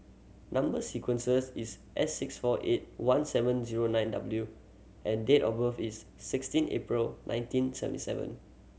number sequences is S six four eight one seven zero nine W and date of birth is sixteen April nineteen seventy seven